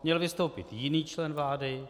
Měl vystoupit jiný člen vlády